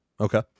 Okay